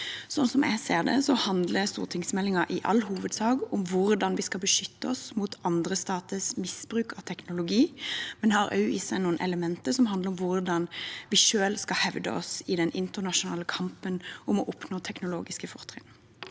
Slik jeg ser det, handler stortingsmeldingen i all hovedsak om hvordan vi skal beskytte oss mot andre staters misbruk av teknologi, men har også i seg noen elementer som handler om hvordan vi selv skal hevde oss i den internasjonale kampen om å oppnå teknologiske fortrinn.